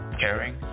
caring